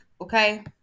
okay